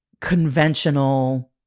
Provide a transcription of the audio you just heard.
conventional